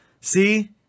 See